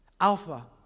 Alpha